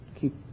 keep